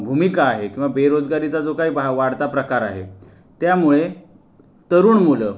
भूमिका आहे किंवा बेरोजगारीचा जो काही बहा वाढता प्रकार आहे त्यामुळे तरुण मुलं